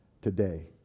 today